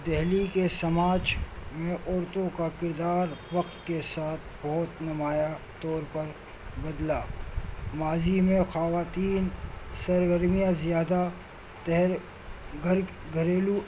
دہلی کے سماج میں عورتوں کا کردار وقت کے ساتھ بہت نمایاں طور پر بدلا ماضی میں خواتین سرگرمیاں زیادہ تر گھر گھریلو